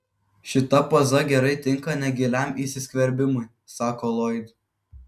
šita poza gerai tinka negiliam įsiskverbimui sako loyd